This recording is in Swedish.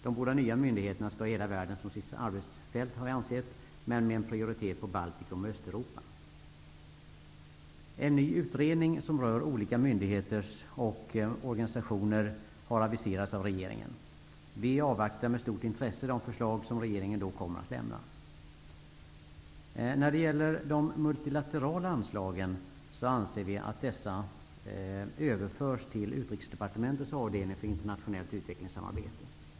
De båda nya myndigheterna skall ha hela världen som sitt arbetsfält, men med en prioritet på Baltikum och Östeuropa. En ny utredning som rör olika myndigheter och organisationer har aviserats av regeringen. Vi avvaktar med stort intresse de förslag som regeringen kommer att lämna. Vi anser att de multilaterala anslagen skall överföras till Utrikesdepartementets avdelning för internationellt utvecklingssamarbete.